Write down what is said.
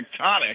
tectonic